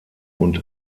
und